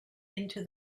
into